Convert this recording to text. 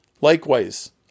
Likewise